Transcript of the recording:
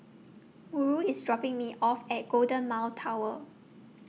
Murl IS dropping Me off At Golden Mile Tower